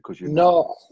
No